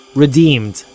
redeemed,